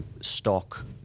stock